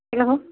hello